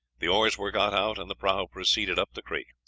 the oars were got out, and the prahu proceeded up the creek,